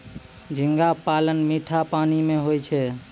झींगा पालन मीठा पानी मे होय छै